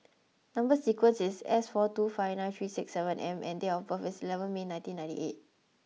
number sequence is S four two five nine three six seven M and date of birth is eleven May nineteen ninety eight